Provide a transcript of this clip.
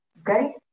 okay